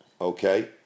Okay